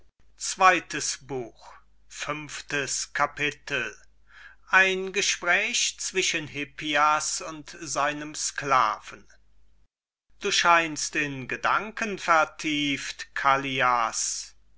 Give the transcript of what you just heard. ein gespräch zwischen hippias und seinem sklaven hippias du scheinst in gedanken vertieft callias